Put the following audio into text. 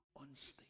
unstable